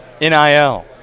NIL